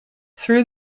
through